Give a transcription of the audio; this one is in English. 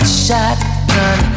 shotgun